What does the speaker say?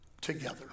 Together